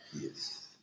Yes